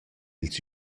ils